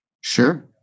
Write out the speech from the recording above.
Sure